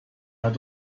hat